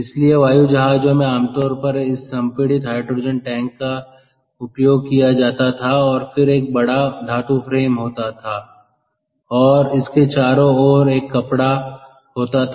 इसलिए वायु जहाजों में आमतौर पर इस संपीड़ित हाइड्रोजन टैंक का उपयोग किया जाता था और फिर एक बड़ा धातु फ्रेम होता था और फिर इसके चारों ओर एक कपड़ा होता था